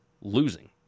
losing